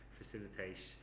facilitate